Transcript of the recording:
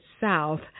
South